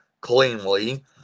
cleanly